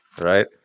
Right